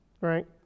Right